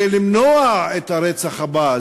ולמנוע את הרצח הבא,